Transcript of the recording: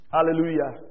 Hallelujah